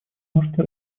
можете